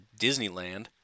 Disneyland